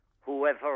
whoever